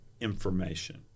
information